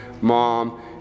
mom